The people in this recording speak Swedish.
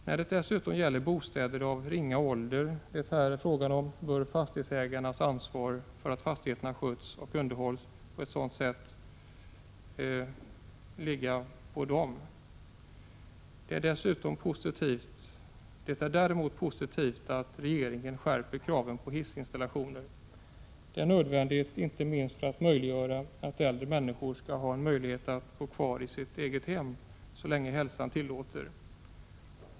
När det dessutom gäller bostäder av den ringa ålder det här är fråga om, bör ansvar för att fastigheten sköts och underhålls ligga på fastighetsägaren. Det är däremot positivt att regeringen skärper kraven på hissinstallationer. Det är nödvändigt, inte minst för att möjliggöra att äldre människor kan bo kvari sitt eget hem så länge hälsan tillåter.